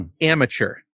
amateur